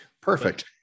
Perfect